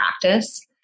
practice